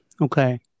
Okay